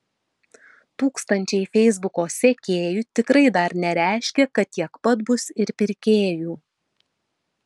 tūkstančiai feisbuko sekėjų tikrai dar nereiškia kad tiek pat bus ir pirkėjų